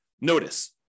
notice